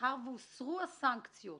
מאחר שהוסרו הסנקציות